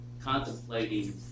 contemplating